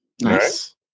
Nice